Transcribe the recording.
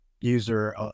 user